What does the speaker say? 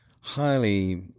highly